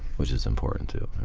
which is important too.